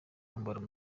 umwambaro